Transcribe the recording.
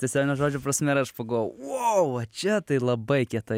tiesiogine žodžio prasme ir aš pagalvojau vau va čia tai labai kietai